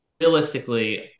realistically